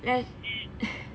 eh